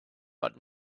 but